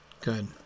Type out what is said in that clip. good